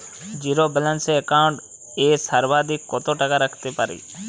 Zero balance account এ সর্বাধিক কত টাকা রাখতে পারি?